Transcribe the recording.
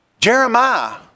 Jeremiah